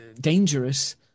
dangerous